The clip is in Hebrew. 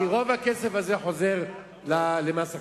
כי רוב הכסף הזה חוזר למס הכנסה.